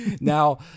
Now